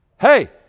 hey